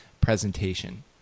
presentation